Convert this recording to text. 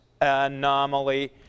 Anomaly